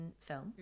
film